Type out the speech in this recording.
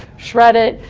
shred it.